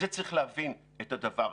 וצריך להבין את הדבר הזה.